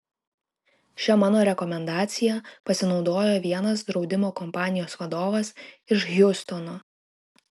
šia mano rekomendacija pasinaudojo vienas draudimo kompanijos vadovas iš hjustono